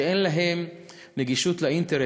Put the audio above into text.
שאין להם גישה לאינטרנט,